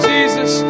Jesus